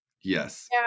Yes